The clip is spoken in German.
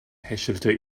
hechelte